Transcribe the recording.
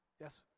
Yes